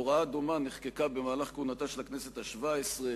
הוראה דומה נחקקה במהלך כהונתה של הכנסת השבע-עשרה,